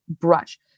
brush